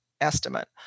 estimate